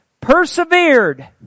persevered